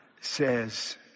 says